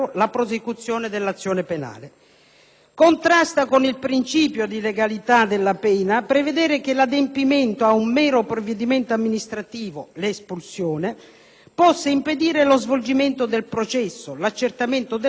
Contrasta con il principio di legalità della pena prevedere che l'adempimento ad un mero provvedimento amministrativo, l'espulsione, possa impedire lo svolgimento del processo, l'accertamento del fatto e della colpevolezza.